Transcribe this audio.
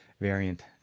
variant